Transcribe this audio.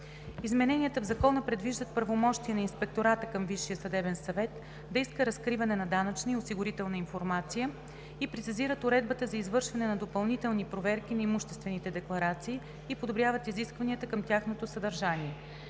Измененията в Закона предвиждат правомощие на Инспектората към Висшия съдебен съвет да иска разкриване на данъчна и осигурителна информация и прецизират уредбата за извършване на допълнителни проверки на имуществените декларации и подобряват изискванията към тяхното съдържание.